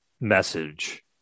message